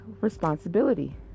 responsibility